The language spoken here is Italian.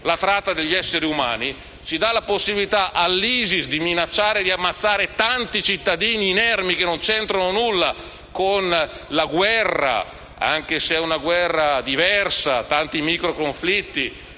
la tratta degli esseri umani. Si dà la possibilità all'ISIS di minacciare e ammazzare tanti cittadini inermi, che nulla hanno a che fare con la guerra, anche se è una guerra diversa (tanti, infatti,